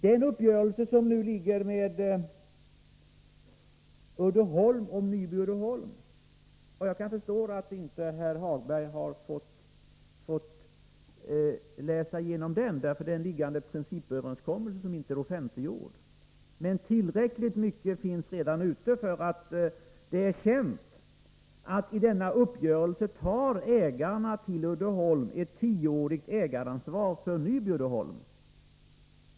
Jag kan förstå att Lars-Ove Hagberg inte fått läsa igenom uppgörelsen om Nyby Uddeholm, för det är en principöverenskommelse som inte är offentliggjord. Men tillräckligt mycket är känt för att det skall stå klart att ägarna till Uddeholm tar ett tioårigt ägaransvar för Nyby Uddeholm.